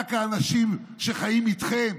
רק האנשים שחיים איתכם,